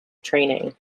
training